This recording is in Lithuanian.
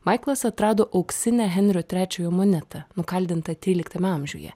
maiklas atrado auksinę henrio trečiojo monetą nukaldintą tryliktame amžiuje